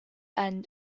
end